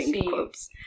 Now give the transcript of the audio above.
Quotes